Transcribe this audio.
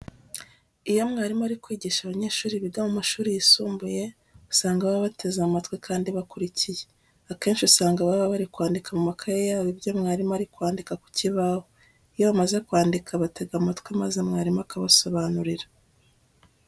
Iyo umwarimu ari kwigisha abanyeshuri biga mu mashuri yisumbuye, usanga baba bateze amatwi kandi bakurikiye. Akenshi usanga baba bari kwandika mu makayi yabo ibyo mwarimu ari kwandika ku kibaho. Iyo bamaze kwandika batega amatwi maze mwarimu akabasobanurira.